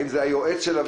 שלו